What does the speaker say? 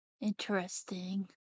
interesting